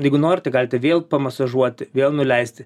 jeigu norite galite vėl pamasažuoti vėl nuleisti